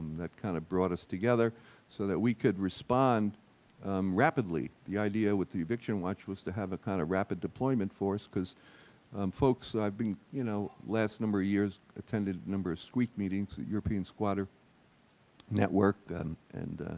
that kind of brought us together so that we could respond rapidly, the idea with the eviction watch was to have a kind of rapid deployment force because um folks that i've been, you know, last number of years attended a number of sqek meetings at european squatter network and, and